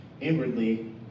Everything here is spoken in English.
inwardly